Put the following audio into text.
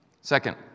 Second